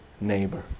neighbor